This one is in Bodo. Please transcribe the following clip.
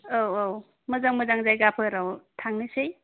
औ औ मोजां मोजां जायगाफोराव थांनोसै